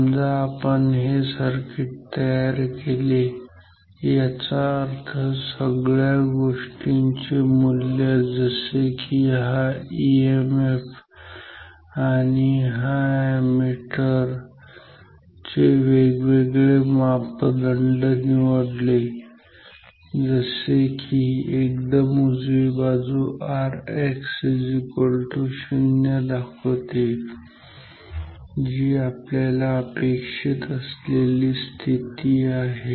समजा आपण हे सर्किट तयार केले याचा अर्थ सगळ्या गोष्टींची मूल्य जसे की हा ईएमएफ आणि या अॅमीटर चे वेगवेगळे मापदंड असे निवडले जसे की एकदम उजवी बाजू Rx0 दाखवते जी आपल्याला अपेक्षित असलेली स्थिती आहे